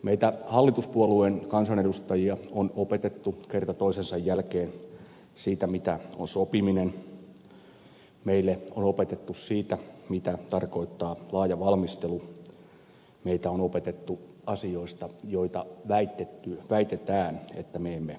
meitä hallituspuolueen kansanedustajia on opetettu kerta toisensa jälkeen siitä mitä on sopiminen meille on opetettu mitä tarkoittaa laaja valmistelu meitä on opetettu asioista joita väitetään että me emme osaa